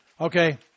Okay